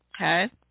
Okay